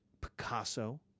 Picasso